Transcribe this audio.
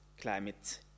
climate